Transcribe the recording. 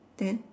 then